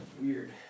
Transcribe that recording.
Weird